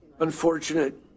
Unfortunate